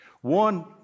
one